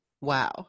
Wow